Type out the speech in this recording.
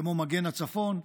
כמו מגן הצפון,